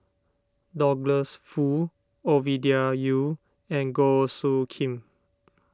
Douglas Foo Ovidia Yu and Goh Soo Khim